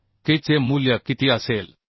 तर K चे मूल्य किती असेल